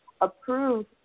approved